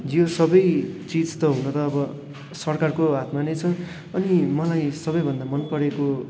जे होस् सबै चिज त हुन त अब सरकारको हातमा नै छ अनि मलाई सबैभन्दा मन परेको